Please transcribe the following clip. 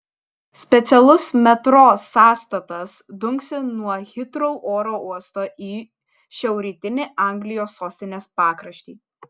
specialus metro sąstatas dunksi nuo hitrou oro uosto į šiaurrytinį anglijos sostinės pakraštį